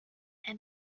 and